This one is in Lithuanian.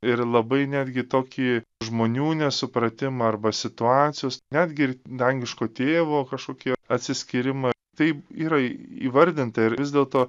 ir labai netgi tokį žmonių nesupratimą arba situacijos netgi ir dangiško tėvo kažkokie atsiskyrimą tai yra įvardinta ir vis dėlto